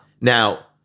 Now-